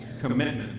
commitment